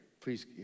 Please